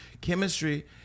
Chemistry